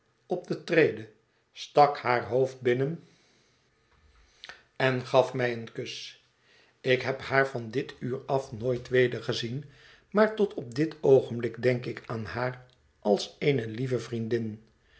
op dé trede stak haar hoofd binnen en gaf het verlaten huis mij een kus ik heb haar van dit uur af nooit weder gezien maar tot op dit oogenblik denk ik aan haar als eene lieve vriendin